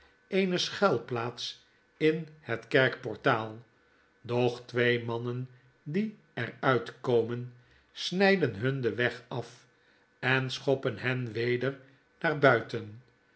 eene schuilplaats in het kerkportaal doch twee mannen die er uitkomen snijden hun den weg af en schoppen hen weder